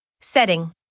Setting